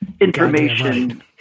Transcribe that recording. Information